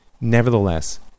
Nevertheless